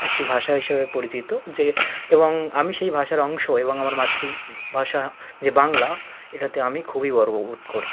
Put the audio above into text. একটি ভাষা হিসেবে পরিচিত যে এবং আমি সেই ভাষার অংশ এবং আমার মাতৃ ভাষা যে বাংলা এটাতে আমি খুবই গর্ববোধ করি